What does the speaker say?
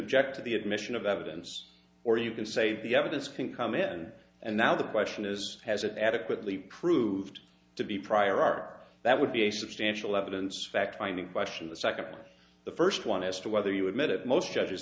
object to the admission of evidence or you can say the evidence can come in and now the question is has it adequately proved to be prior art that would be a substantial evidence fact finding question the second the first one as to whether you admit it most judges